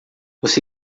você